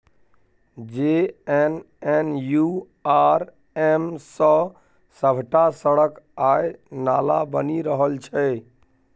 JNNURM सँ सभटा सड़क आ नाला बनि रहल छै